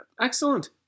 Excellent